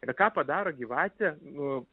ir ką padaro gyvatė nu